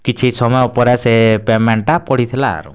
କିଛି ସମୟ ପରେ ସେ ପେମେଣ୍ଟଟା ପଡ଼ିଥିଲା ଆରୁ